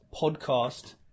podcast